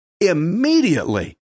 immediately